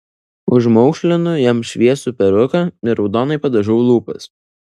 užmaukšlinu jam šviesų peruką ir raudonai padažau lūpas